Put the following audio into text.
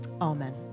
Amen